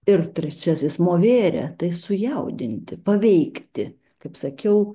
ir trečiasis movėre tai sujaudinti paveikti kaip sakiau